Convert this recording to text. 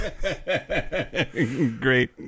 great